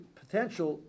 potential